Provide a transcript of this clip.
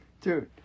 Dude